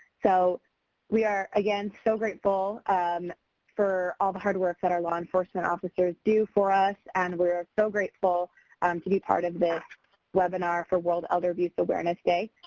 so we are so grateful um for all the hard work that our law enforcement officers do for us and we are so grateful to be part of this webinar for world elder abuse awareness day.